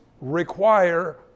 Require